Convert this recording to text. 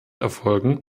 erfolgen